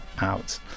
out